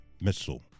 Missile